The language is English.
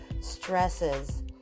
stresses